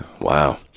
Wow